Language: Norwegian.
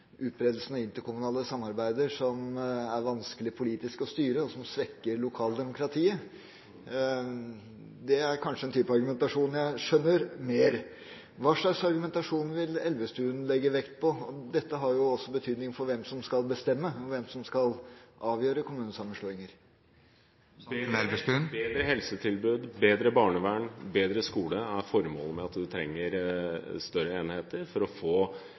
av interkommunalt samarbeid, som er vanskelig politisk å styre, og som svekker lokaldemokratiet. Det er kanskje en type argumentasjon jeg skjønner mer. Hva slags argumentasjon vil Elvestuen legge vekt på? Dette har jo også betydning for hvem som skal bestemme, og hvem som skal avgjøre kommunesammenslåinger. Bedre helsetilbud, bedre barnevern og bedre skole er formålet med større enheter, for å få